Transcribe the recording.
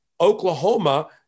Oklahoma